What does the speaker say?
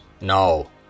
No